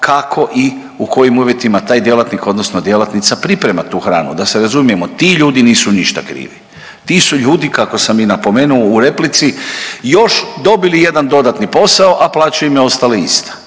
kako i u kojim uvjetima taj djelatnik odnosno djelatnica priprema tu hranu. Da se razumijemo ti ljudi nisu ništa krivi. Ti su ljudi kako sam i napomenuo u replici još dobili jedan dodatni posao, a plaća im je ostala ista.